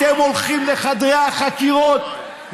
אתם הולכים לחדרי החקירות,